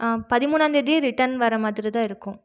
பதிமூனாந்தேதி return வர மாதிரிதான் இருக்கும்